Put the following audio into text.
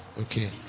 Okay